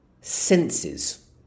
senses